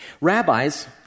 rabbis